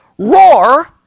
Roar